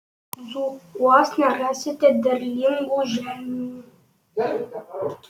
dzūkuos nerasite derlingų žemių